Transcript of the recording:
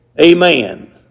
Amen